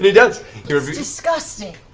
that's you know disgusting.